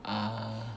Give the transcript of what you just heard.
uh